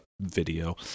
video